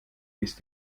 ist